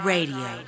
Radio